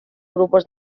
grupos